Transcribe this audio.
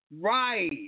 Right